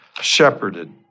shepherded